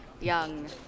young